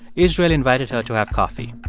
israel invited her to have coffee.